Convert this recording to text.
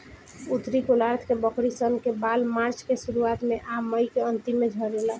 उत्तरी गोलार्ध के बकरी सन के बाल मार्च के शुरुआत में आ मई के अन्तिम में झड़ेला